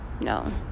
no